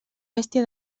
bèstia